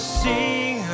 sing